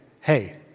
hey